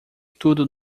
tudo